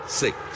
six